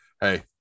hey